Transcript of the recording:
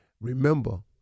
remember